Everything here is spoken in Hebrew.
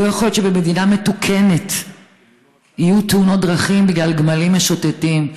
לא יכול להיות שבמדינה מתוקנת יהיו תאונות דרכים בגלל גמלים משוטטים.